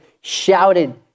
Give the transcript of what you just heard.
shouted